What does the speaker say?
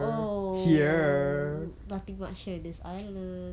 oh nothing much here in this island